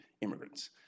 immigrants